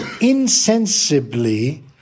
insensibly